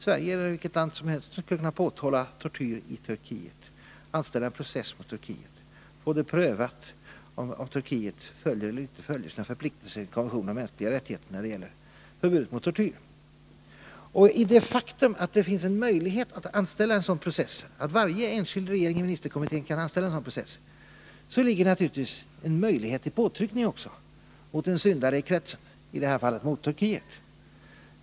Sverige eller vilket annat land som helst skulle alltså kunna påtala att det förekommer tortyr i Turkiet, anställa process mot Turkiet och få prövat om Turkiet uppfyller eller inte uppfyller sina förpliktelser enligt konventionen om mänskliga rättigheter när det gäller förbudet mot tortyr. I det faktum att det finns en möjlighet att anställa en sådan process, att varje enskild regering i ministerkommittén kan anställa en sådan process, ligger naturligtvis också en möjlighet till påtryckningar mot en syndare i kretsen, i det här fallet mot Turkiet.